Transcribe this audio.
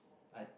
I